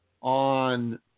on